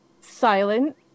silent